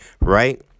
right